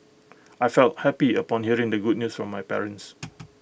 I felt happy upon hearing the good news from my parents